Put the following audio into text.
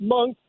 Monk